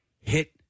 hit